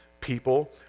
people